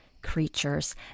creatures